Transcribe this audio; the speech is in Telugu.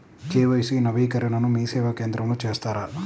కే.వై.సి నవీకరణని మీసేవా కేంద్రం లో చేస్తారా?